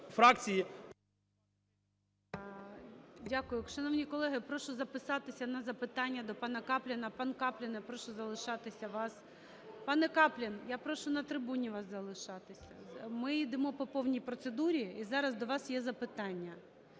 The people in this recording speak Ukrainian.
Дякую. Шановні колеги, прошу записатися на запитання до пана Капліна. Пан Каплін, я прошу залишатися вас… Пане Каплін, я прошу на трибуні вас залишатися. Ми йдемо по повній процедурі, і зараз до вас є запитання.